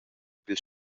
pil